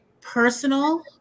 personal